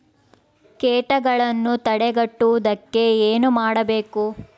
ಕೇಟಗಳನ್ನು ತಡೆಗಟ್ಟುವುದಕ್ಕೆ ಏನು ಮಾಡಬೇಕು?